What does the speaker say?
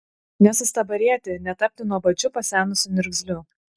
nesustabarėti netapti nuobodžiu pasenusiu niurzgliu